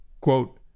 Quote